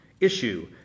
Issue